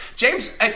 James